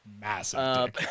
massive